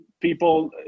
people